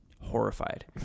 horrified